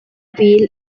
wheel